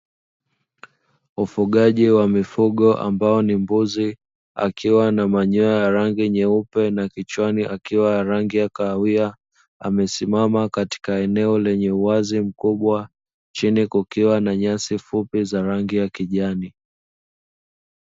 Ufugaji wa mifugo ambao ni mbuzi akiwa na manyoya ya rangi nyeupe na kichwani akiwa na rangi ya kahawia, amesimama katika eneo lenye uwazi mkubwa chini kukiwa na nyasi fupi za rangi ya kijani.